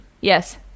yes